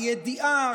הידיעה,